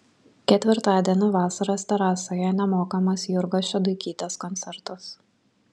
ketvirtadienį vasaros terasoje nemokamas jurgos šeduikytės koncertas